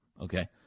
Okay